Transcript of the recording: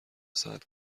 ساعت